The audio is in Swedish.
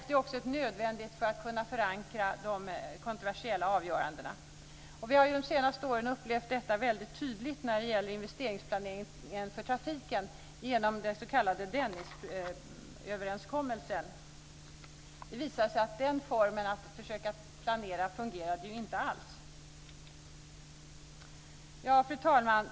Det är också nödvändigt för att kunna förankra de kontroversiella avgörandena. Vi har de senaste åren upplevt detta väldigt tydligt när det gäller investeringsplaneringen för trafiken genom den s.k. Dennisöverenskommelsen. Det visar sig att den formen att försöka planera inte alls fungerade. Fru talman!